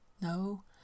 No